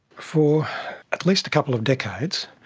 for at least a couple of decades,